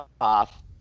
off